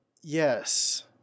Yes